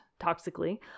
toxically